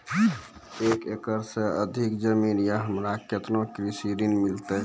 एक एकरऽ से अधिक जमीन या हमरा केतना कृषि ऋण मिलते?